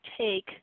take